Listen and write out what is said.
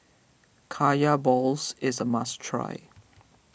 Kaya Balls is a must try